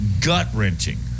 gut-wrenching